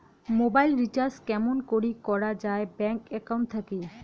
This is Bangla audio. মোবাইল রিচার্জ কেমন করি করা যায় ব্যাংক একাউন্ট থাকি?